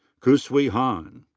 xusi han.